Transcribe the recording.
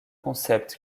concepts